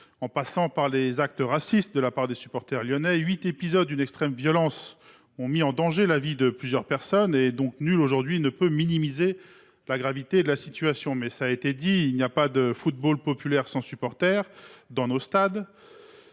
en passant par les actes racistes de la part des supporters lyonnais. Huit épisodes d’une extrême violence ont ainsi mis en danger la vie de plusieurs personnes. Nul ne peut aujourd’hui minimiser la gravité de la situation. Cela a été dit : il n’y a pas de football populaire sans supporters dans les stades.